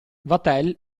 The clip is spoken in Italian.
vatel